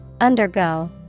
undergo